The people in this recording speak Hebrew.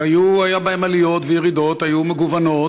שהיו בהן עליות וירידות והן היו מגוונות,